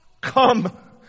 Come